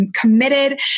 committed